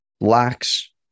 lacks